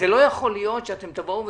אתם לא יכולים לעשות דבר כזה.